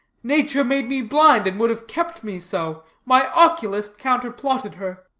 nature made me blind and would have kept me so. my oculist counterplotted her.